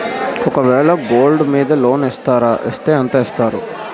ఒక వేల గోల్డ్ మీద లోన్ ఇస్తారా? ఇస్తే ఎంత ఇస్తారు?